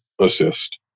assist